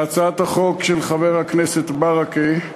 להצעת החוק של חבר הכנסת ברכה: